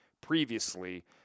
previously